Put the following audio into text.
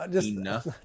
enough